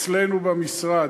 אצלנו במשרד.